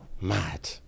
Mad